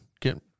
Get